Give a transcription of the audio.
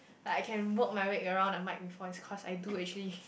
like I can work my way around a mic before it's cause I do actually